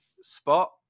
spot